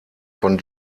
von